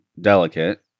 delicate